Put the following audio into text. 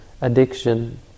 Addiction